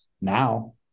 Now